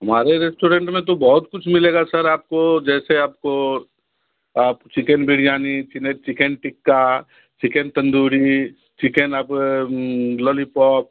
हमारे रेस्टोरेंट में तो बहुत कुछ मिलेगा सर आप को जैसे आप को आप चिकेन बिरयानी फिन है chicken tikka chicken tandoori chicken अब लॉलीपॉप